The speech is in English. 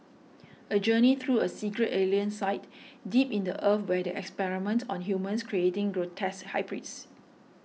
a journey through a secret alien site deep in the Earth where they experiment on humans creating grotesque hybrids